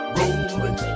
rolling